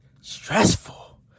stressful